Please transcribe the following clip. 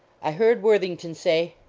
i heard worthington say,